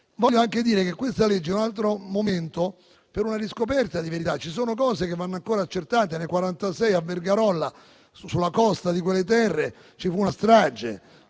Voglio anche dire che questo disegno di legge è un altro momento per una riscoperta di verità. Ci sono cose che vanno ancora accertate: nel 1946 a Vergarolla, sulla costa di quelle terre, ci fu una strage,